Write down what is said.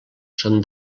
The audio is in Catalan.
són